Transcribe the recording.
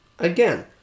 Again